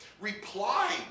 reply